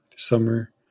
summer